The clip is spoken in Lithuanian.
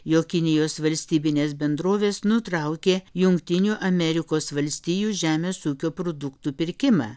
jog kinijos valstybinės bendrovės nutraukė jungtinių amerikos valstijų žemės ūkio produktų pirkimą